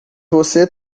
você